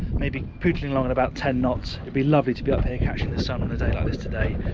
maybe pootling along about ten knots, it'd be lovely to be up here catching the sun on a day like this today,